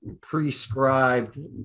prescribed